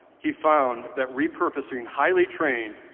he found that repurposing highly trained,